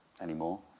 anymore